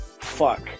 fuck